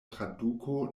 traduko